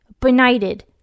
Benighted